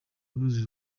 uruzi